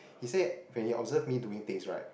he said when he observed me doing things right